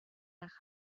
nach